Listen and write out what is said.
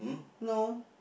no